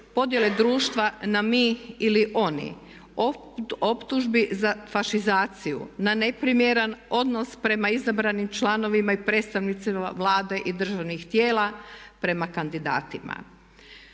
podjele društva na mi ili oni, optužbi za fašizaciju na neprimjeran odnos prema izabranim članovima i predstavnicima Vlade i državnih tijela, prema kandidatima.